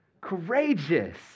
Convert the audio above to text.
courageous